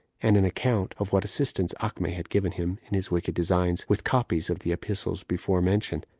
and an account of what assistance acme had given him in his wicked designs, with copies of the epistles before mentioned.